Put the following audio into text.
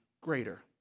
greater